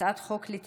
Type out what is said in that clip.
בעד, שישה, נגד,